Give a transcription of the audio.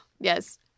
Yes